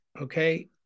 Okay